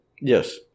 Yes